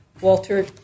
Walter